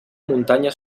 muntanya